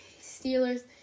Steelers